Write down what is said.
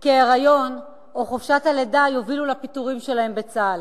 כי ההיריון או חופשת הלידה יובילו לפיטוריהן מצה"ל.